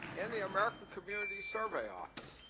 in the american community survey office,